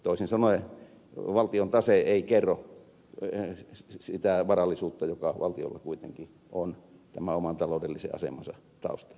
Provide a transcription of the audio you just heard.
toisin sanoen valtion tase ei kerro sitä varallisuutta joka valtiolla kuitenkin on tämän oman taloudellisen asemansa taustana